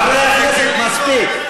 חברי הכנסת, מספיק.